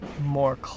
more